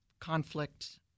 conflict